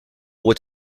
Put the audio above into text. what